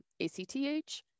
ACTH